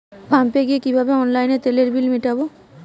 পাম্পে গিয়ে কিভাবে অনলাইনে তেলের বিল মিটাব?